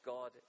God